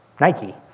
Nike